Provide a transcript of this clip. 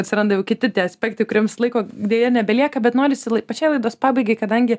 atsiranda jau kiti tie aspektai kuriems laiko deja nebelieka bet norisi pačioj laidos pabaigai kadangi